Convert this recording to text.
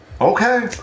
Okay